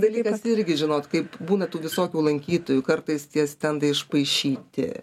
dalykas irgi žinot kaip būna tų visokių lankytojų kartais tie stendai išpaišyti